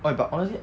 !oi! but honestly